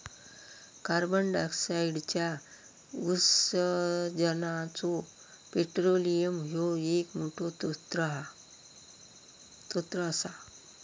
कार्बंडाईऑक्साईडच्या उत्सर्जानाचो पेट्रोलियम ह्यो एक मोठो स्त्रोत असा